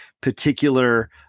particular